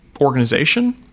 organization